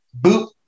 Boop